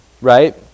Right